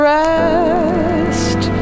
rest